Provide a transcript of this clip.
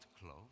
clothes